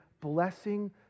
blessing